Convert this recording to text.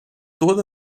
toda